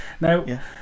Now